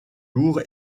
lourds